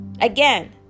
Again